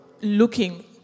looking